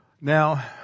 Now